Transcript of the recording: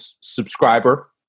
subscriber